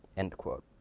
end quote.